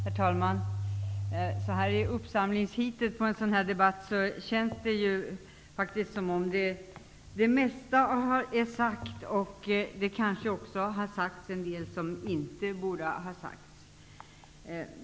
Herr talman! Så här i uppsamlings-heatet i en debatt som denna känns det faktiskt som om det mesta är sagt. Kanske har också en del sagts som inte borde ha sagts.